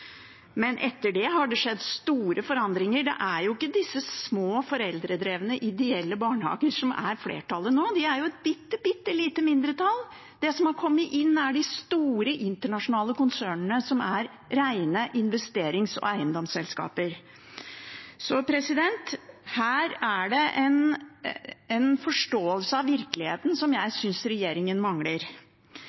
Men etter det har det skjedd store forandringer. Det er ikke disse små, foreldredrevne, ideelle barnehagene som er flertallet nå; de er et bitte lite mindretall. Det som har kommet inn, er de store internasjonale konsernene som er rene investerings- og eiendomsselskaper, så her er det en forståelse av virkeligheten som jeg synes regjeringen mangler.